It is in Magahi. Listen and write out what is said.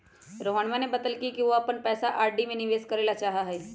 रोहनवा ने बतल कई कि वह अपन पैसा आर.डी में निवेश करे ला चाहाह हई